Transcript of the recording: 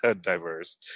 diverse